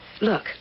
Look